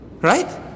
Right